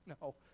No